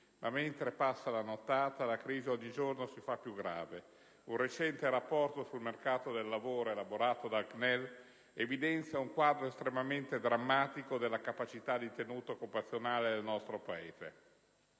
Ma mentre passa la nottata, la crisi ogni giorno si fa più grave: un recente rapporto sul mercato del lavoro elaborato dal CNEL evidenzia un quadro estremamente drammatico della capacità di tenuta occupazionale nel nostro Paese.